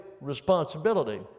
responsibility